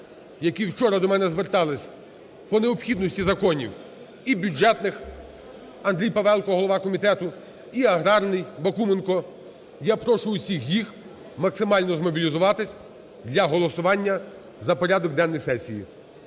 які вчора до мене звертались по необхідності законів, і бюджетний (Андрій Павелко, голова комітету), і аграрний (Бакуменко). Я прошу всіх їх максимально змобілізуватись для голосування за порядок денний сесії.